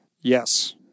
Yes